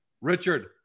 Richard